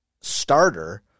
starter